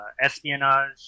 espionage